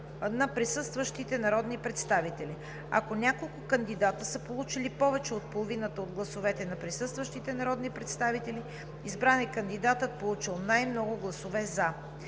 на присъстващите народни представители. Ако няколко кандидата са получили повече от половината от гласовете на присъстващите народни представители, избран е кандидатът получил най-много гласове „за“.